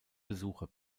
besucher